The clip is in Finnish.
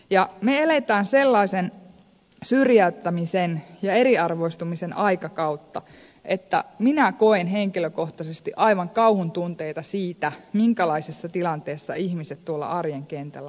ja me elämme sellaista syrjäyttämisen ja eriarvoistamisen aikakautta että minä koen henkilökohtaisesti aivan kauhun tunteita siitä minkälaisessa tilanteessa ihmiset tuolla arjen kentällä ovat